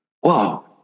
whoa